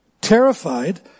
terrified